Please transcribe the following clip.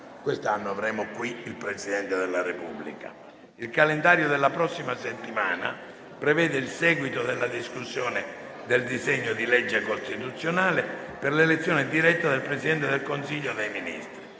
Quest'anno avremo qui il Presidente della Repubblica. Il calendario della prossima settimana prevede il seguito della discussione del disegno di legge costituzionale per l'elezione diretta del Presidente del Consiglio dei ministri.